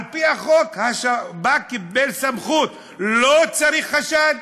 על-פי החוק השב"כ קיבל סמכות, לא צריך חשד,